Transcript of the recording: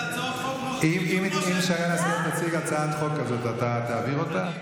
אם שרן השכל תציג הצעת חוק כזאת, אתה תעביר אותה?